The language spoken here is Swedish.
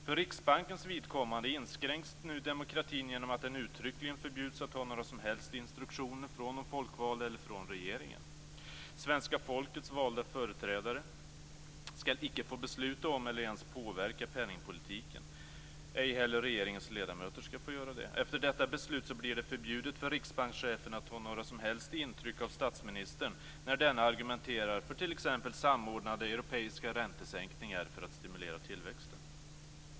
För Riksbankens vidkommande inskränks nu demokratin genom att den uttryckligen förbjuds att ta några som helst instruktioner från de folkvalda eller från regeringen. Svenska folkets valda företrädare skall icke få besluta om eller ens påverka penningpolitiken. Ej heller regeringens ledamöter skall få göra det. Efter detta beslut blir det förbjudet för riksbankschefen att ta några som helst intryck av statsministern, när denne t.ex. argumenterar för samordnade europeiska räntesänkningar för att stimulera tillväxten.